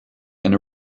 and